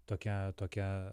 tokia tokia